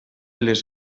les